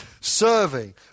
serving